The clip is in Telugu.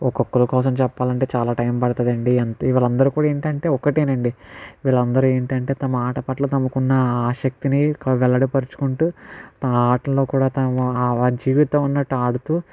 ఒకొక్కఋ కోసం చెప్పాలంటే చాలా టైం పడుతుంది అండి అంతే వీళ్ళు అందరు కూడా ఏంటంటే ఒకటి అండి వీళ్ళు అందరు ఏంటంటే తమ ఆటపట్ల తమకున్న ఆశక్తిని వెల్లడి పరుచుకుంటు తమ ఆటలలో కూడా తమ వారి జీవితం అన్నట్టు ఆడుతు